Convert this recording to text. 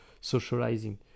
socializing